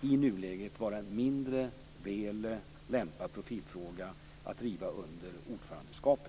i nuläget vara en mindre väl lämpad profilfråga att driva under ordförandeskapet.